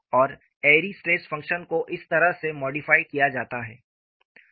और Airy stress function को इस तरह से मॉडिफाई किया जाता है